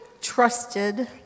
trusted